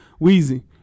Weezy